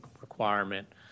requirement